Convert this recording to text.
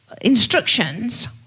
instructions